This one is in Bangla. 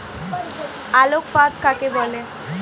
আলোক ফাঁদ কাকে বলে?